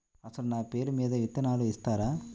అసలు నా పేరు మీద విత్తనాలు ఇస్తారా?